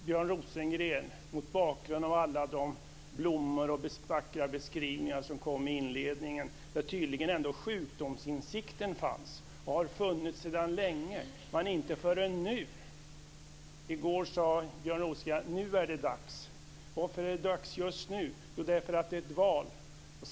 Björn Rosengren, mot bakgrund av alla de blommor och vackra beskrivningar som kom i inledningen - tydligen fanns ändå en sjukdomsinsikt fanns, och har sedan länge funnits - måste jag säga följande: Inte förrän nu - i går sade Björn Rosengren det - är det dags. Varför är det dags just nu? Jo, därför att det kommer ett val.